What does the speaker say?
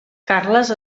carles